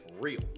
real